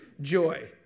joy